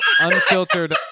Unfiltered